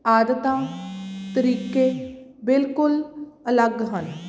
ਆਦਤਾਂ ਤਰੀਕੇ ਬਿਲਕੁਲ ਅਲੱਗ ਹਨ